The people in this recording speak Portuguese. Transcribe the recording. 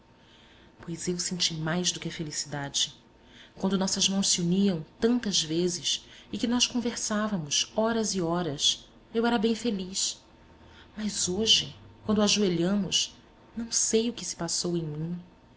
pois eu senti mais do que a felicidade quando nossas mãos se uniam tantas vezes e que nós conversávamos horas e horas eu era bem feliz mas hoje quando ajoelhamos não sei o que se passou em mim